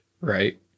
right